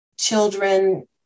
children